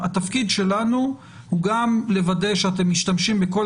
התפקיד שלנו הוא גם לוודא שאתם משתמשים בכל